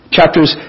Chapters